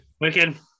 wicked